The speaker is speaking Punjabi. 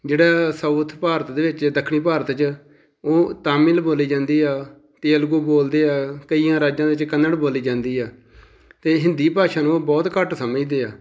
ਜਿਹੜਾ ਸਾਊਥ ਭਾਰਤ ਦੇ ਵਿੱਚ ਦੱਖਣੀ ਭਾਰਤ 'ਚ ਉਹ ਤਾਮਿਲ ਬੋਲੀ ਜਾਂਦੀ ਆ ਤੇਲਗੂ ਬੋਲਦੇ ਆ ਕਈਆਂ ਰਾਜਾਂ ਵਿੱਚ ਕੰਨੜ ਬੋਲੀ ਜਾਂਦੀ ਆ ਅਤੇ ਹਿੰਦੀ ਭਾਸ਼ਾ ਨੂੰ ਉਹ ਬਹੁਤ ਘੱਟ ਸਮਝਦੇ ਆ